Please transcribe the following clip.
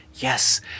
Yes